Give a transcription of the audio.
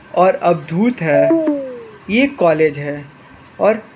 और अभिभूत है ये कॉलेज हैं और